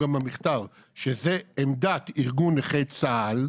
ניהלתי משא ומתן עם יו"ר ארגון נכי צה"ל,